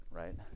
right